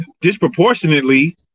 Disproportionately